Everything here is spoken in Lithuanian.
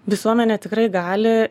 visuomenė tikrai gali